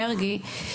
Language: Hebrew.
מרגי.